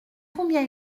combien